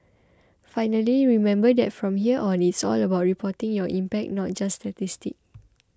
finally remember that from here on it's all about reporting your impact not just statistics